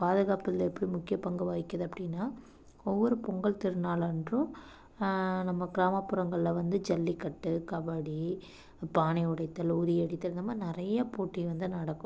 பாதுகாப்பதில் எப்படி முக்கிய பங்கு வகிக்கிது அப்படின்னா ஒவ்வொரு பொங்கல் திருநாளன்றும் நம்ம கிராமப்புறங்களில் வந்து ஜல்லிக்கட்டு கபடி பானை உடைத்தல் உறியடித்தல் இந்த மாதிரி நிறைய போட்டி வந்து நடக்கும்